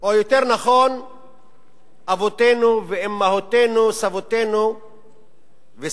או יותר נכון אבותינו ואמותינו, סבינו וסבותינו,